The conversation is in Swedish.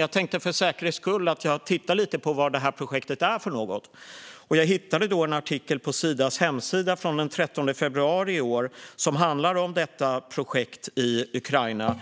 Jag tittade för säkerhets skull på vad det är för något projekt och hittade på Sidas hemsida en artikel från den 13 februari i år om detta projekt i Ukraina.